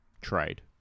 trade